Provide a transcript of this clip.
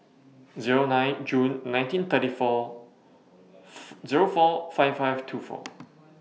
Zero nine June nineteen thirty four Zero four five five two four